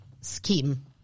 scheme